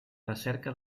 recerca